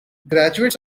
graduates